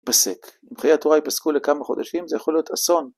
פסק, אם חיי התורה יפסקו לכמה חודשים זה יכול להיות אסון